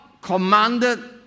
commanded